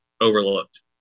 Overlooked